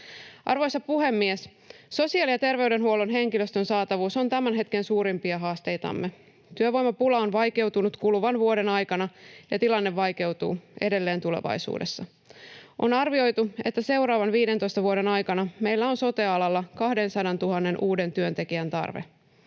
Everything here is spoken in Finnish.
Arvoisa puhemies! Sosiaali- ja terveydenhuollon henkilöstön saatavuus on tämän hetken suurimpia haasteitamme. Työvoimapula on vaikeutunut kuluvan vuoden aikana, ja tilanne vaikeutuu edelleen tulevaisuudessa. On arvioitu, että seuraavan 15 vuoden aikana meillä on sote-alalla 200 000 uuden työntekijän tarve.